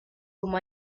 como